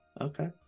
Okay